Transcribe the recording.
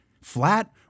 flat